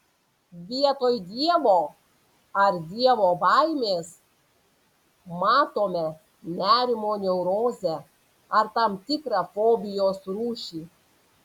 vietoj dievo ar dievo baimės matome nerimo neurozę ar tam tikrą fobijos rūšį